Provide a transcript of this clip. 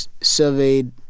surveyed